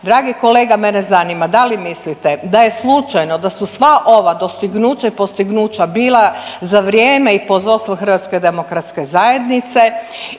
Dragi kolega mene zanima da li mislite da je slučajno da su sva ova dostignuća i postignuća bila za vrijeme i pod vodstvom HDZ-a i da li